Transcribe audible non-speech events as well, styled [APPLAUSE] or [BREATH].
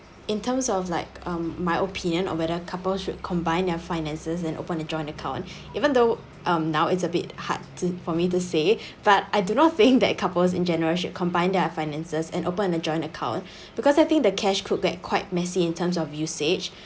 in terms of like um my opinion on whether couples should combine their finances and open a joint account even though um now it's a bit hard to for me to say but I do not think that couples in general should combine their finances and open a joint account [BREATH] because I think the cash could get quite messy in terms of usage